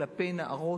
כלפי נערות,